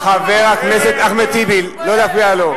חבר הכנסת אחמד טיבי, נא לא להפריע לו.